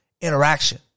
interaction